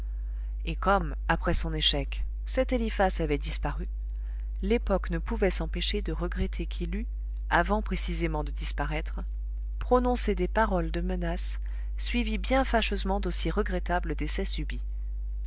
et comme après son échec cet eliphas avait disparu l'époque ne pouvait s'empêcher de regretter qu'il eût avant précisément de disparaître prononcé des paroles de menaces suivies bien fâcheusement d'aussi regrettables décès subits